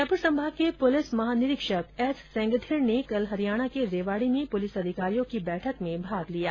जयपुर संभाग के पुलिस महानिरीक्षक एस सेंगथिर ने कल हरियाणा के रेवाड़ी में पुलिस अधिकारियों की बैठक में भाग लिया